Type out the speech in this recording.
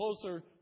closer